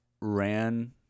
Ran